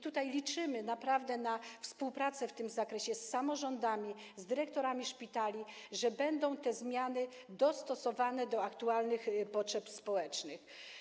Tutaj liczymy naprawdę na współpracę w tym zakresie z samorządami, z dyrektorami szpitali, że te zmiany będą dostosowane do aktualnych potrzeb społecznych.